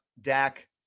dak